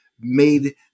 made